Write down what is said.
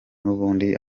n’ubundi